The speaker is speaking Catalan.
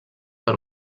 per